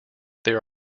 there